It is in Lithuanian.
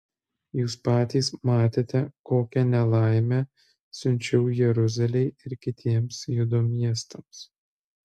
jūs patys matėte kokią nelaimę siunčiau jeruzalei ir kitiems judo miestams